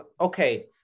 Okay